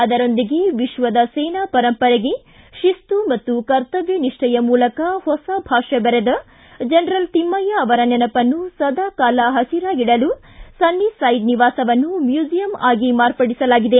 ಅದರೊಂದಿಗೆ ವಿಶ್ವದ ಸೇನಾ ಪರಂಪರೆಗೆ ಶಿಸ್ತು ಮತ್ತು ಕರ್ತವ್ಯ ನಿಷ್ಠೆಯ ಮೂಲಕ ಹೊಸಭಾಷ್ಯ ಬರೆದ ಜನರಲ್ ತಿಮ್ಗಯ್ಯ ಅವರ ನೆನಪನ್ನು ಸದಾಕಾಲ ಹಸಿರಾಗಿಡಲು ಸನ್ನಿಸೈಡ್ ನಿವಾಸವನ್ನು ಮ್ಯೂಸಿಯಂ ಆಗಿ ಮಾರ್ಪಡಿಸಲಾಗಿದೆ